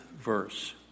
verse